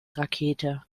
rakete